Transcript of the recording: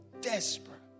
desperate